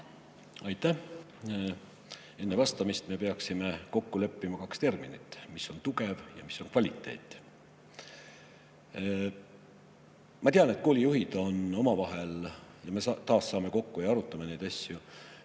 Aitäh! Enne vastamist me peaksime kokku leppima kaks terminit, mis on tugev ja mis on kvaliteet. Kui koolijuhid on omavahel, kui me taas saame kokku ja arutame neid asju,